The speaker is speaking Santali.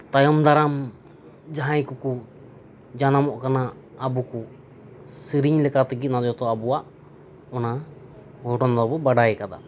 ᱛᱟᱭᱚᱢ ᱫᱟᱨᱟᱢ ᱡᱟᱸᱦᱟᱭ ᱠᱚᱠᱚ ᱡᱟᱱᱟᱢᱚᱜ ᱠᱟᱱᱟ ᱟᱵᱚ ᱠᱚ ᱥᱮᱨᱮᱧ ᱞᱮᱠᱟ ᱛᱮᱜᱮ ᱟᱵᱚᱣᱟᱜ ᱚᱱᱟ ᱜᱷᱚᱴᱚᱱ ᱫᱚᱵᱚ ᱵᱟᱰᱟᱭ ᱠᱟᱫᱟ